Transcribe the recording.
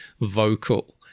vocal